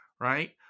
right